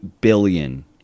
billion